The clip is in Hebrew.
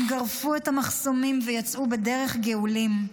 הם גרפו את המחסומים ויצאו בדרך גאולים.